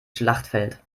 schlachtfeld